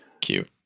Cute